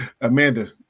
Amanda